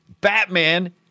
Batman